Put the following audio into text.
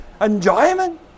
enjoyment